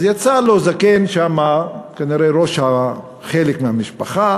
אז יצא לו זקן שם, כנראה ראש חלק מהמשפחה,